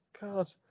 God